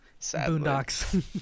Boondocks